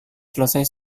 selesai